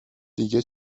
دیگه